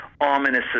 ominous